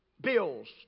bills